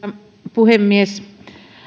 puhemies